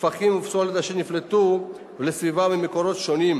שפכים ופסולת אשר נפלטו לסביבה ממקורות שונים,